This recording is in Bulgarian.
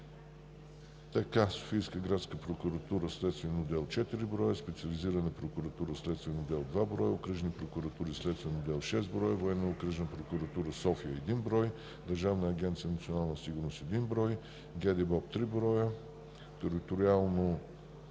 броя (Софийска градска прокуратура, Следствен отдел – 4 броя, Специализирана прокуратура, Следствен отдел – 2 броя, окръжни прокуратури, Следствен отдел – 6 броя, Военно-окръжна прокуратура – София, 1 брой, Държавна агенция „Национална сигурност“ – 1 брой, ГДБОП – 3 броя, Териториална